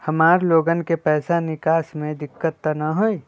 हमार लोगन के पैसा निकास में दिक्कत त न होई?